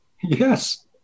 Yes